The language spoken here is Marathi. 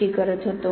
डी करत होतो